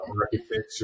architecture